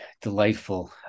delightful